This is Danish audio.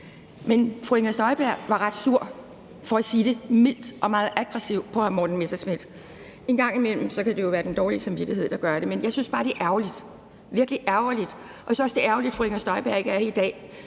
Men fru Inger Støjberg var ret sur, for at sige det mildt, og meget aggressiv over for hr. Morten Messerschmidt. En gang imellem kan det jo være den dårlige samvittighed, der gør det. Men jeg synes bare, det er ærgerligt – virkelig ærgerligt. Jeg synes også, det er ærgerligt, at fru Inger Støjberg ikke er her i dag.